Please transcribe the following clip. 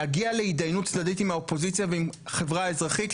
להגיע להתדיינות צדדית עם האופוזיציה ועם החברה האזרחית,